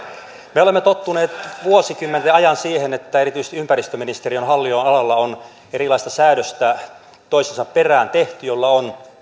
me olemme tottuneet vuosikymmenten ajan siihen että erityisesti ympäristöministeriön hallinnonalalla on erilaista säädöstä toisensa perään tehty millä on